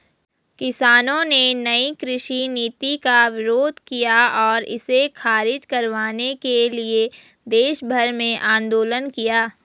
किसानों ने नयी कृषि नीति का विरोध किया और इसे ख़ारिज करवाने के लिए देशभर में आन्दोलन किया